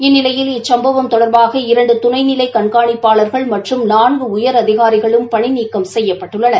இந்நிலையில் இச்சும்பவம் தொடர்பாக இரண்டு துணைநிலை கண்காணிப்பாளர்கள் மற்றும் நான்கு உயரதிகாரிகளும் பணி நீக்கம் செய்யப்பட்டுள்ளனர்